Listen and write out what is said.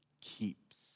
keeps